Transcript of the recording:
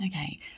Okay